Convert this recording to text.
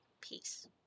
peace